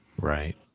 Right